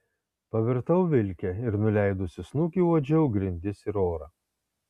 pavirtau vilke ir nuleidusi snukį uodžiau grindis ir orą